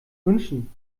wünschen